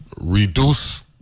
reduce